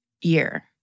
year